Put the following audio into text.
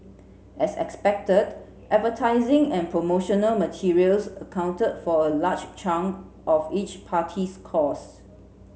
as expected advertising and promotional materials accounted for a large chunk of each party's costs